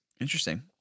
Interesting